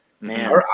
man